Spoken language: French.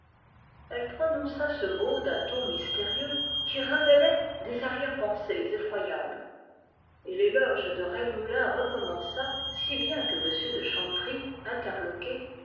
elle prononça ce mot d'un ton mystérieux qui révélait des arrière-pensées effroyables et l'éloge de rennemoulin recommença si bien que m de chanteprie interloqué